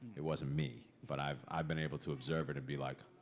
it wasn't me, but i've i've been able to observe it and be like,